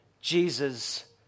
Jesus